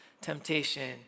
temptation